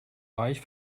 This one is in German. reich